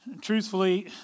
truthfully